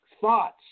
thoughts